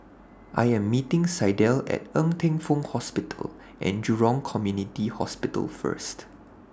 I Am meeting Sydell At Ng Teng Fong Hospital and Jurong Community Hospital First